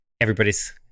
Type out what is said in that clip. Everybody's